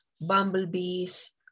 bumblebees